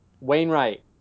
Wainwright